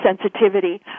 sensitivity